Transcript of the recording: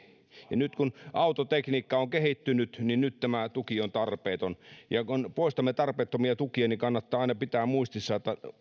ja nyt kun autotekniikka on kehittynyt tämä tuki on tarpeeton kun poistamme tarpeettomia tukia niin kannattaa aina pitää muistissa että